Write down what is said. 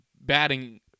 batting